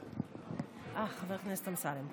אה, חבר הכנסת אמסלם.